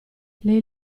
lei